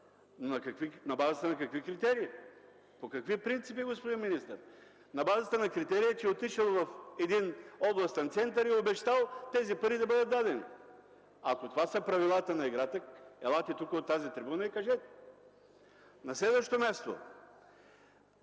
на базата на какви критерии? По какви принципи, господин министър? На базата на критерия, че отишъл в един областен център и обещал тези пари да бъдат дадени. Ако това са правилата на играта, елате тук от тази трибуна и го кажете. На следващо място,